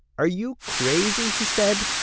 are you crazy? he said.